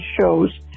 shows